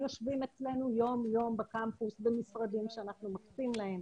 יושבים אצלנו יום יום בקמפוס במשרדים שאנחנו מקצים להם.